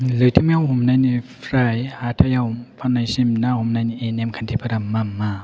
लैथोमायाव हमनायनिफ्राय हाथायाव फाननायसिम ना हमनायनि नेमखान्थिफोरा मा मा